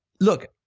Look